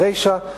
ברישא,